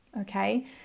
okay